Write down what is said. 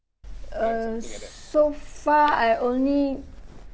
err so far I only